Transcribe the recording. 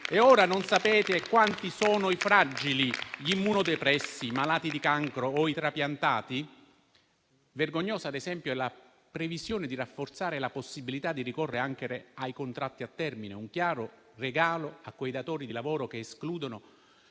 E ora non sapete quanti sono i fragili, gli immunodepressi, i malati di cancro o i trapiantati? Vergognosa, ad esempio, è la previsione di rafforzare la possibilità di ricorrere anche ai contratti a termine, un chiaro regalo a quei datori di lavoro che eludono